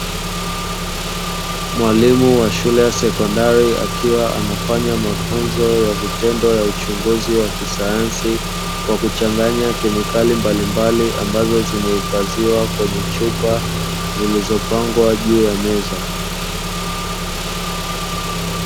Mwalimu wa shule ya sekondari akiwa anafanya mafunzo ya vitendo ya uchunguzi wa kisayansi kwa kuchanganya kemikali mbalimbali, ambazo zimehifadhiwa kwenye chupa zilizopangwa juu ya meza.